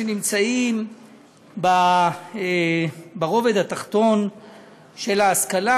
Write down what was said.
הם אלה שנמצאים ברובד התחתון של ההשכלה,